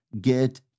get